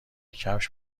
کفش